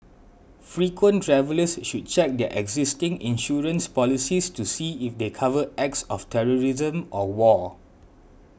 frequent travellers should check their existing insurance policies to see if they cover acts of terrorism or war